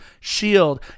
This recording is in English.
Shield